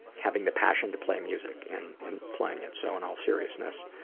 having the passion to play music, and, and, playing it. so in all seriousness,